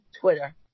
twitter